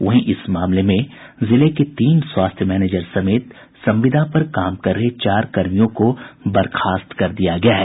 वहीं इस मामले में जिले के तीन स्वास्थ्य मैनेजर समेत संविदा पर कार्य कर रहे चार कर्मियों को बर्खास्त कर दिया गया है